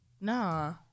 Nah